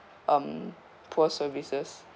um poor services